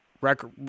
record